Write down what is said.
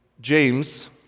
James—